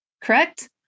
correct